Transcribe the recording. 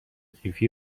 قیفی